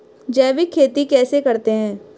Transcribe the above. जैविक खेती कैसे करते हैं?